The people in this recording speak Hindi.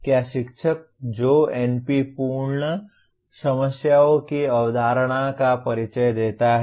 क्या शिक्षक जो NP पूर्ण समस्याओं की अवधारणा का परिचय देता है